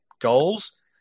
goals